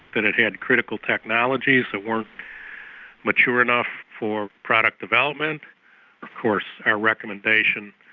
that it had critical technologies that weren't mature enough for product development. of course our recommendation